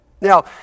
Now